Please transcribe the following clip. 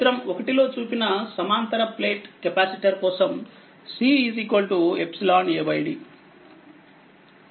చిత్రం 1 లో చూపినసమాంతర ప్లేట్కెపాసిటర్ కోసం C € A d